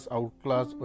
Outclass